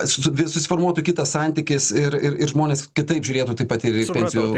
susi vi susiformuotų kitas santykis ir ir ir žmonės kitaip žiūrėtų taip pat ir į pensijų